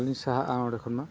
ᱟᱨᱤᱧ ᱥᱟᱦᱟᱜᱼᱟ ᱚᱸᱰᱮ ᱠᱷᱚᱱ ᱢᱟ